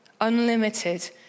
Unlimited